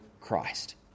Christ